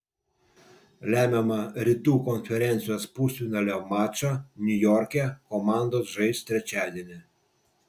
lemiamą rytų konferencijos pusfinalio mačą niujorke komandos žais trečiadienį